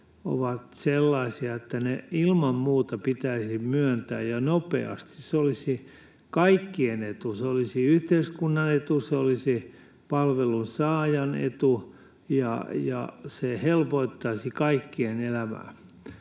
ovat sellaisia, että ne ilman muuta pitäisi myöntää ja nopeasti. Se olisi kaikkien etu: se olisi yhteiskunnan etu, se olisi palvelun saajan etu, ja se helpottaisi kaikkien elämää.